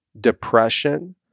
depression